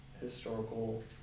historical